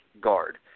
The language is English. guard